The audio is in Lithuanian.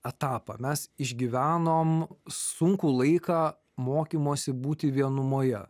etapą mes išgyvenom sunkų laiką mokymosi būti vienumoje